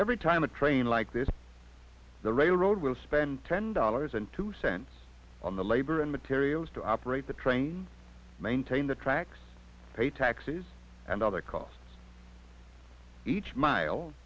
every time a train like this the railroad will spend ten dollars and two cents on the labor and materials to operate the train maintain the tracks pay taxes and other costs each mile